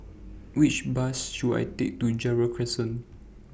Which Bus should I Take to Gerald Crescent